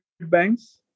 banks